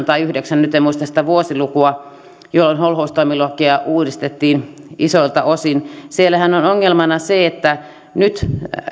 tai kaksituhattayhdeksän nyt en muista sitä vuosilukua jolloin holhoustoimilakia uudistettiin isoilta osin siellähän on ongelmana se että nyt